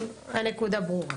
הנקודה ברורה.